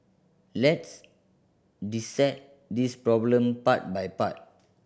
let's dissect this problem part by part